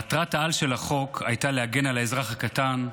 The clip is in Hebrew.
מטרת-העל של החוק הייתה להגן על האזרח הקטן,